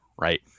right